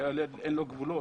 שלילד אין גבולות,